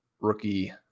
rookie